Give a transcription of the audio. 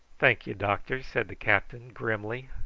thank'ye, doctor, said the captain grimly,